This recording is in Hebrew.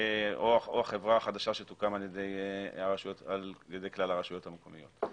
או החברה החדשה שתוקם על ידי כלל הרשויות המקומיות.